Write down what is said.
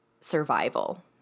survival